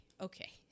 Okay